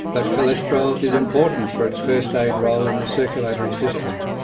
but cholesterol is important for its first aid role in the circulatory system.